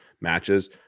matches